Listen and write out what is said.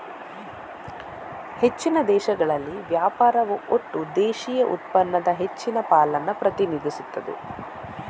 ಹೆಚ್ಚಿನ ದೇಶಗಳಲ್ಲಿ ವ್ಯಾಪಾರವು ಒಟ್ಟು ದೇಶೀಯ ಉತ್ಪನ್ನದ ಹೆಚ್ಚಿನ ಪಾಲನ್ನ ಪ್ರತಿನಿಧಿಸ್ತದೆ